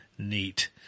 Neat